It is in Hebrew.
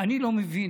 אני לא מבין.